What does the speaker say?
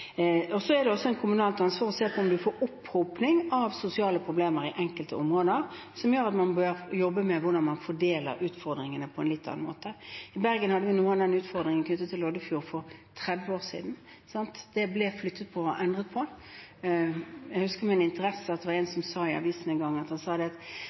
Så er det også et kommunalt ansvar å se på om man får opphopning av sosiale problemer i enkelte områder, som gjør at man bør jobbe med hvordan man fordeler utfordringene på en litt annen måte. I Bergen hadde vi noen av de utfordringene i Loddefjord for 30 år siden. Det ble flyttet på og endret på. Jeg husker med interesse at det var en som sa i avisen en gang: Nå har det